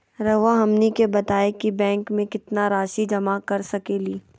रहुआ हमनी के बताएं कि बैंक में कितना रासि जमा कर सके ली?